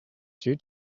due